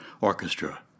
Orchestra